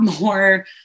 more